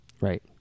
Right